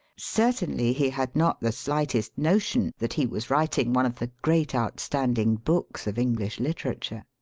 certainly he had not the slightest notion that he was writing one of the great outstanding books of english literature.